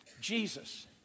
Jesus